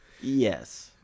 Yes